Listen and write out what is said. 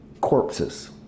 corpses